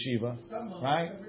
Right